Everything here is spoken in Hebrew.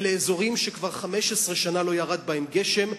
אלה אזורים שכבר 15 שנה לא ירד בהם גשם,